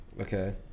Okay